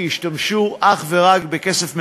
כי השתמשו אך ורק בכסף מזומן.